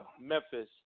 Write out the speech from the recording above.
Memphis